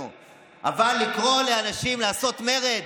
אבל לקרוא לאנשים לעשות מרד,